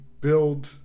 build